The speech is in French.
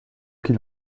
qu’il